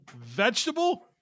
vegetable